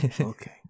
Okay